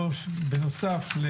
בנוסף,